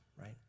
right